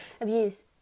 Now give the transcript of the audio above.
Abuse